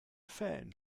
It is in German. fan